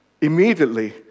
immediately